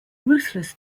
ruthless